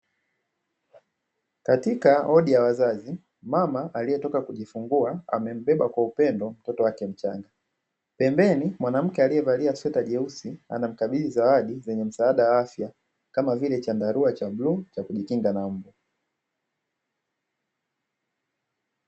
Katika wodi ya wazazi mama aliyetoka kujifungua amembeba kwa upendo mtoto wake mchanga pembeni mwanamke aliyevalia sweta jeusi anamkabidhi zawadi zenye msaada wa afya kama vile chandarua cha bluu cha kujikinga na mbu.